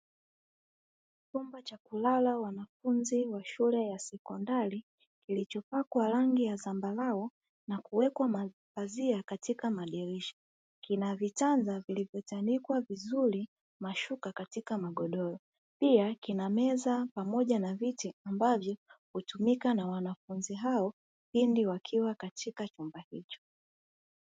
Chumba cha kulala wanafunzi wa shule ya sekondari kilichopakwa rangi ya zambarau na kuwekwa mapazia katika madirisha kina vitanda vilivyo tandikwa vizuri mashuka katika magodoro, pia kina meza pamoja na viti ambavyo hutumika na wanafunzi hao pindi wakiwa katika chumba hicho.